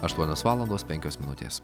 aštuonios valandos penkios minutės